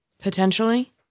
potentially